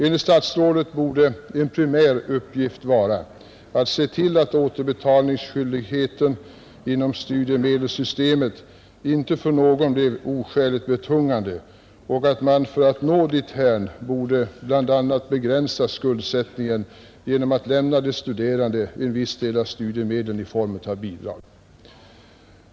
Enligt statsrådet borde en primär uppgift vara att se till att återbetalningsskyldigheten inom studiemedelssystemet inte för någon blev oskäligt betungande och att man för att nå dithän borde bl.a. begränsa skuldsättningen genom att lämna de studerande en viss del av studiemedlen i form av bidrag.